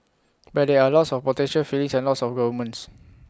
but there are lots of potential feelings and lots of governments